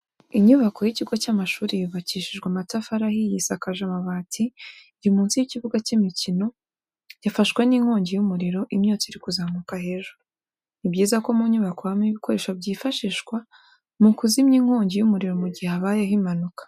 Inyubako y'ikigo cy'amashuri yubakishije amatafari ahiye isakaje amabati iri munsi y'ikibuga cy'imikino yafashwe n'inkongi y'umuriro imyotsi iri kuzamuka hejuru. Ni byiza ko mu nyubako habamo ibikoresho byakwifashisha mu kuzimya inkongi y'umuriro mu gihe habayeho impanuka.